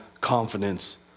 confidence